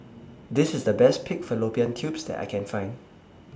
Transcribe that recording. This IS The Best Pig Fallopian Tubes that I Can Find